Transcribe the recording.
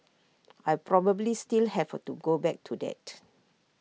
I probably still have to go back to that